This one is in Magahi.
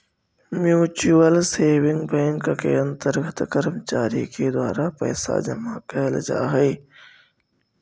म्यूच्यूअल सेविंग बैंक के अंतर्गत कर्मचारी के द्वारा पैसा जमा कैल जा हइ